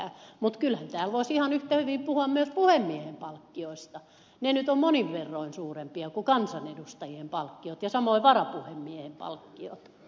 mutta kyllähän täällä voisi ihan yhtä hyvin puhua myös puhemiehen palkkioista ne nyt ovat monin verroin suurempia kuin kansanedustajien palkkiot ja samoin varapuhemiehen palkkiot